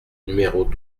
numéros